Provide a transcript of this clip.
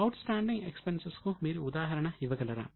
out standing expenses కు మీరు ఉదాహరణ ఇవ్వగలరా